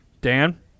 Dan